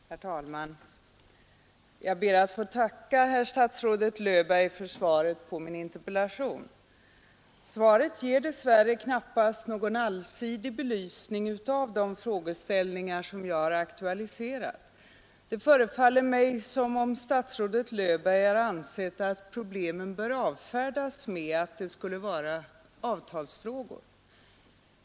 Herr talman! Jag ber att få tacka statsrådet Löfberg för svaret på min interpellation. Dess värre ger svaret knappast någon allsidig belysning av de frågeställningar jag har aktualiserat. Det förefaller mig som om statsrådet Löfberg har ansett att problemen bör avfärdas med att det rör sig om avtalsfrågor.